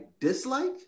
dislike